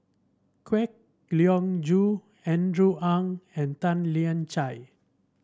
Kwek Leng Joo Andrew Ang and Tan Lian Chye